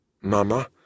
Mama